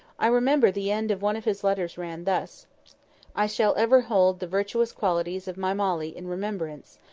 i remember the end of one of his letters ran thus i shall ever hold the virtuous qualities of my molly in remembrance,